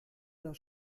das